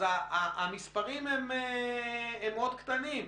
אז המספרים הם מאוד קטנים,